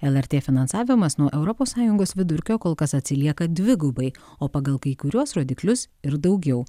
lrt finansavimas nuo europos sąjungos vidurkio kol kas atsilieka dvigubai o pagal kai kuriuos rodiklius ir daugiau